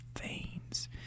veins